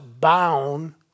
bound